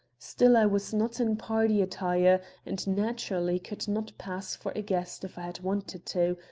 still i was not in party attire and naturally could not pass for a guest if i had wanted to,